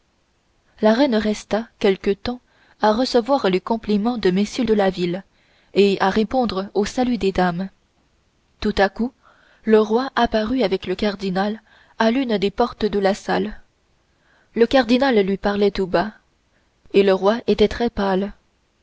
la reine resta quelque temps à recevoir les compliments de messieurs de la ville et à répondre aux saluts des dames tout à coup le roi apparut avec le cardinal à l'une des portes de la salle le cardinal lui parlait tout bas et le roi était très pâle